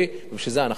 ובשביל זה אנחנו פה.